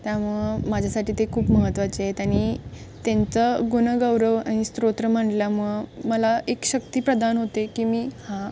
त्यामुळं माझ्यासाठी ते खूप महत्त्वाचे आहेत आणि त्यांचं गुणगौरव आणि स्तोत्र म्हटल्यामुळं मला एक शक्ती प्रदान होते की मी हा